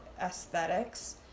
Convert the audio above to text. aesthetics